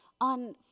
on